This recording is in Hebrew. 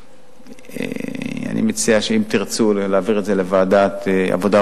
אם תרצו להעביר את הנושא לוועדת העבודה,